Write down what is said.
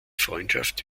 freundschaft